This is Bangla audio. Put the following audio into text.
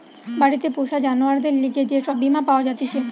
বাড়িতে পোষা জানোয়ারদের লিগে যে সব বীমা পাওয়া জাতিছে